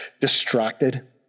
distracted